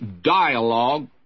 dialogue